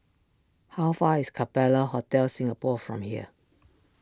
how far is Capella Hotel Singapore from here